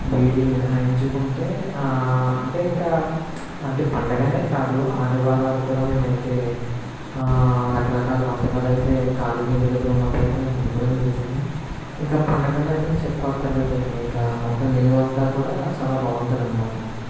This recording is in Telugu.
వీటిని మినహాయించుకుంటే అంటే ఇంకా అంటే పండగనే కాదు ఆదివారాలు కూడా మేము అయితే రకరకాల వంటకాలు అయితే కాలికి ఇంటి దగ్గర ఉన్నప్పుడు అయితే మేము వండుకోవడం జరుగుతుంది ఇంకా పండుగల్లో అయితే ఇంకా చెప్పక్కర లేదండి ఇంకా మొత్తం మెన్యూ అంతా కూడా చాలా బాగుంటుంది అన్నమాట